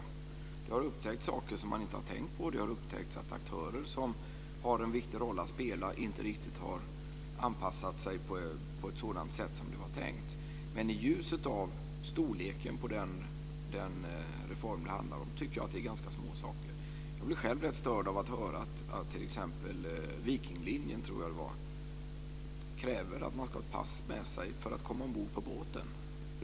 Det har upptäckts saker som man inte hade tänkt på. Det har upptäckts att aktörer som har en viktig roll att spela inte riktigt har anpassat sig på ett sådant sätt som det var tänkt. Men i ljuset av storleken på den reform det handlar om tycker jag att det är ganska små saker. Jag blir själv rätt störd av att höra att t.ex. Viking Line kräver att man ska ha ett pass med sig för att komma ombord på båten.